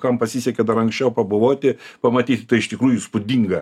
kam pasisekė dar anksčiau pabuvoti pamatyti tai iš tikrųjų įspūdinga